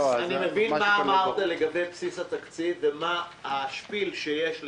אני מבין מה אמרת לגבי בסיס התקציב ומה ה"שְפיל" שיש לך.